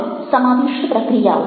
હવે સમાવિષ્ટ પ્રક્રિયાઓ